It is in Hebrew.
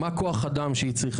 מה כוח האדם שהיא צריכה?